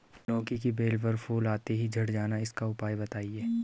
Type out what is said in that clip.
लौकी की बेल पर फूल आते ही झड़ जाना इसका उपाय बताएं?